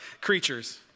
creatures